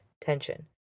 tension